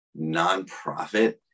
nonprofit